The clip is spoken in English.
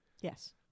Yes